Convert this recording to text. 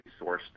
sourced